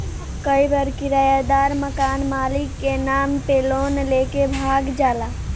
कई बार किरायदार मकान मालिक के नाम पे लोन लेके भाग जाला